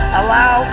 allow